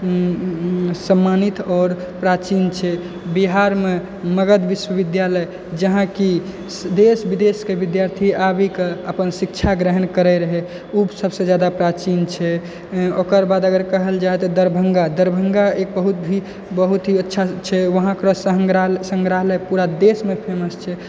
सम्मानित आओर प्राचीन छै बिहारमे मगध विश्वविद्यालय जहाँ कि देश विदेशके विद्यार्थी आबि कऽ अपन शिक्षा ग्रहण करै रहै उ सबसँ जादा प्राचीन छै ओकर बाद अगर कहल जाइ तऽ दरभङ्गा दरभङ्गा एक बहुत ही बहुत ही अच्छा छै वहाँके सङ्ग्रहालय पूरा देशमे फेमस छै